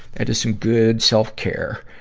that is some good self-care.